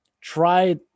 try